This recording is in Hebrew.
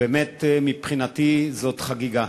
ובאמת מבחינתי זאת חגיגה.